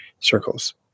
circles